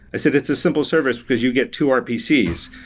i said it's a simple service because you get two rpcs.